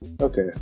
Okay